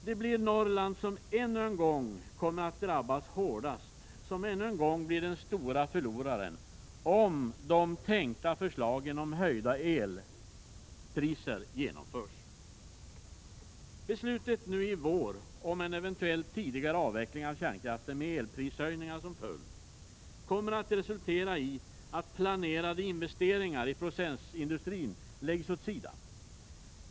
Det blir Norrland som ännu en gång kommer att drabbas hårdast, som ännu en gång blir den stora förloraren, om de tänkta förslagen till höjda elpriser genomförs. Beslut nu i vår om en eventuell tidigare avveckling av kärnkrafen med elprishöjningar som följd kommer att resultera i att planerade investeringar i processindustrin läggs åt sidan.